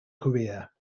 career